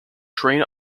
train